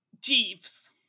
Jeeves